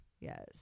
Yes